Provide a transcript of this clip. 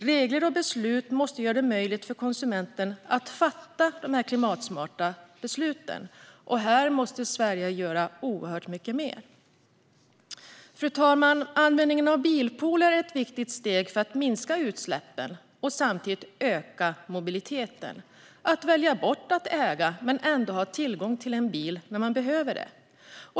Regler och beslut måste göra det möjligt för konsumenten att fatta klimatsmarta beslut. Här måste Sverige göra oerhört mycket mer. Fru talman! Användningen av bilpooler är ett viktigt steg för att minska utsläppen och samtidigt öka mobiliteten - att välja bort att äga men ändå ha tillgång till en bil när man behöver det.